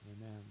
Amen